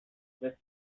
the